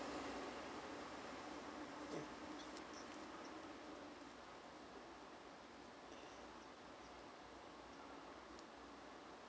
mm